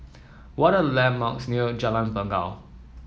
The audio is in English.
what are the landmarks near Jalan Bangau